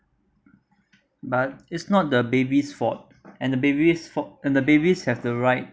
but it's not the baby's fault and the baby's fau~ and the babies have the right